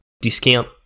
discount